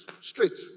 Straight